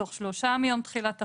תוך שלושה מיום תחילת החוק,